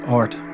art